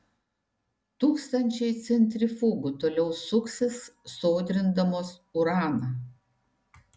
tūkstančiai centrifugų toliau suksis sodrindamos uraną